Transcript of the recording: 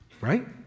Right